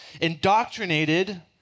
indoctrinated